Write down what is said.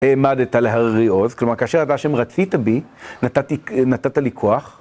העמדת לארי עוז, כלומר, כאשר אתה שם רצית בי, נתת לי כוח